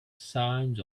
signs